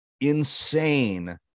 insane